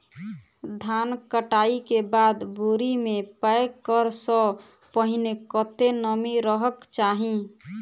धान कटाई केँ बाद बोरी मे पैक करऽ सँ पहिने कत्ते नमी रहक चाहि?